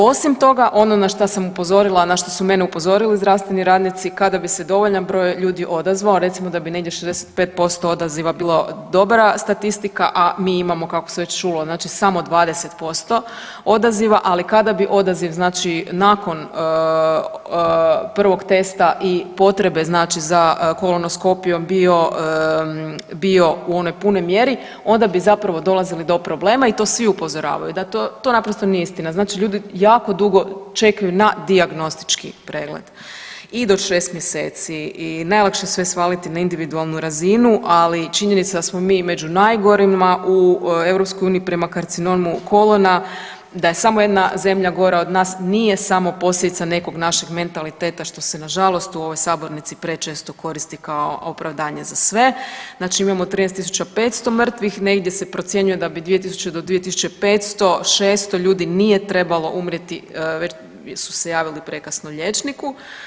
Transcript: Osim toga, ono na šta sam upozorila, na što su mene upozorili zdravstveni radnici, kada bi se dovoljan broj ljudi odazvao recimo da bi negdje 65% odaziva bilo dobra statistika, a mi imamo kako sam već čulo znači samo 20% odaziva, ali kada bi odaziv znači nakon prvog testa i potrebe znači za kolonoskopijom bio, bio u onoj punoj mjeri onda bi zapravo dolazili do problema i to svi upozoravaju da to, to naprosto nije istina, znači ljudi jako dugo čekaju na dijagnostički pregled i do 6 mjeseci i najlakše je sve svaliti na individualnu razinu, ali činjenica da smo mi među najgorima u EU prema karcinomu kolona, da je samo jedna zemlja gora od nas nije samo posljedica nekog našeg mentaliteta što se nažalost u ovoj sabornici prečesto koristi kao opravdanje za sve, znači mi imamo 13.500 mrtvih negdje se procjenjuje da bi 2000 do 2500, 600 ljudi nije trebalo umrijeti već su se javili prekasno liječniku.